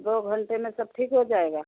दो घंटे में सब ठीक हो जाएगा